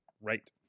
right